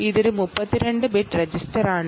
ഇതൊരു 32 ബിറ്റ് രജിസ്റ്ററാണ്